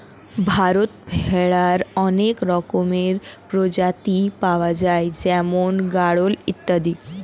ভারতে ভেড়ার অনেক রকমের প্রজাতি পাওয়া যায় যেমন গাড়ল ইত্যাদি